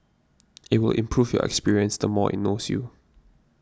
it will improve your experience the more it knows you